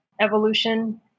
evolution